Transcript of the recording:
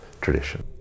tradition